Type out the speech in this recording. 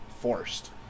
forced